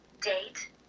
date